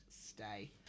stay